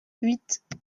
huit